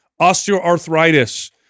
Osteoarthritis